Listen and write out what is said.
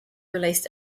released